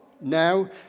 now